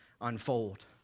unfold